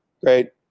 Great